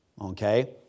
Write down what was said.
okay